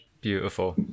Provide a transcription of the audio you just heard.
Beautiful